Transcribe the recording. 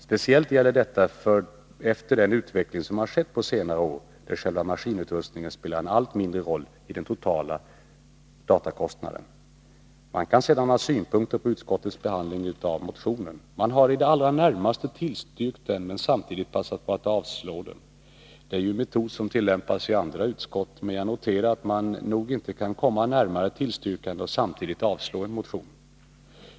Speciellt gäller detta efter den utveckling som har skett på senare år, där själva maskinutrustningen spelar en allt mindre roll i den totala datakostnaden. Man kan sedan ha synpunkter på utskottets behandling av motionen. Utskottet har i det allra närmaste tillstyrkt den men samtidigt passat på att avstyrka den. Det är ju en metod som tillämpas även i andra utskott, men jag har noterat att man nog inte kan komma närmare ett tillstyrkande och samtidigt avstyrka en motion.